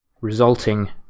resulting